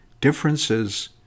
differences